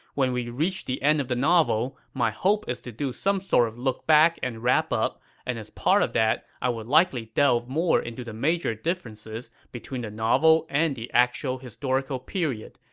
when we reach the end of the novel, my hope is to do some sort of look back and wrap-up, and as part of that, i would likely delve more into the major differences between the novel and the actual historical period.